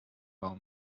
wou